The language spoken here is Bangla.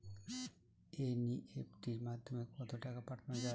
এন.ই.এফ.টি মাধ্যমে কত টাকা পাঠানো যায়?